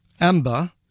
Amber